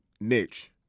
Niche